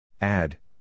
Add